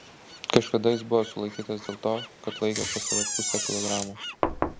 kažkada jis buvo sulaikytas dėl to kad laikė pas save pusę kilogramo